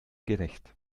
gerecht